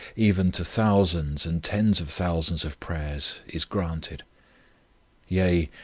even to thousands and tens of thousands of prayers, is granted yea,